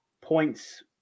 points